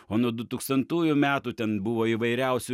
o nuo du tūkstantųjų metų ten buvo įvairiausių